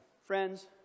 Friends